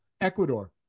Ecuador